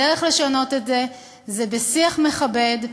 הדרך לשנות את זה היא בשיח מכבד,